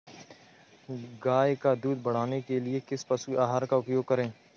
गाय का दूध बढ़ाने के लिए किस पशु आहार का उपयोग करें?